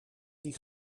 die